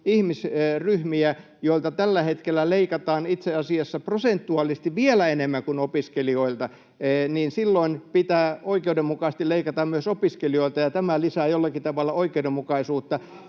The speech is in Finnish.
ihmisryhmiä, joilta tällä hetkellä leikataan itse asiassa prosentuaalisesti vielä enemmän kuin opiskelijoilta, niin silloin pitää oikeudenmukaisesti leikata myös opiskelijoilta, ja tämä lisää jollakin tavalla oikeudenmukaisuutta.